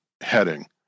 heading